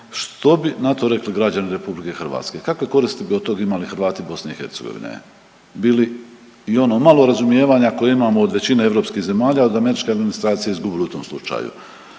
što bi na to rekli građani RH? Kakve koristi bi od toga imali Hrvati BiH? Bi li i ono malo razumijevanja koje imamo od većine europskih zemalja, al da američka administracija izgubi u tom slučaju.